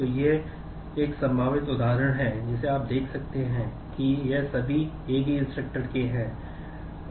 तो यह एक संभावित उदाहरण है जिसे आप देख सकते हैं कि ये सभी एक ही instructor के हैं